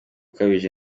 ukabije